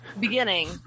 beginning